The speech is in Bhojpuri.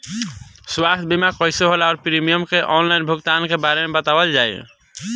स्वास्थ्य बीमा कइसे होला और प्रीमियम के आनलाइन भुगतान के बारे में बतावल जाव?